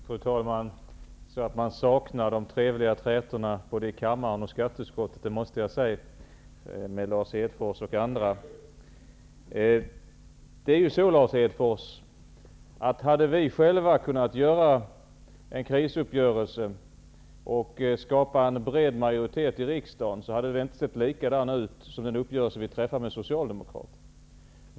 Fru talman! Jag saknar faktiskt de trevliga trätorna, både i kammaren och i skatteutskottet, med Lars Det är ju så, Lars Hedfors att hade vi själva kunnat ordna en krisuppgörelse och skapa en bred majoritet i riksdagen skulle den inte sett likadan ut som de uppgörelser vi träffat med Socialdemokraterna.